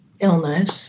illness